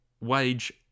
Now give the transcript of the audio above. wage